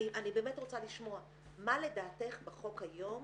אני באמת רוצה לשמוע מה לדעתך בחוק היום